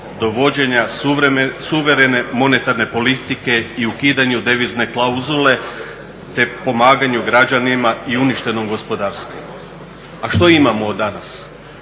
do vođenja suverene monetarne politike i ukidanju devizne klauzule te pomaganju građanima i uništenom gospodarstvu. A što imamo danas?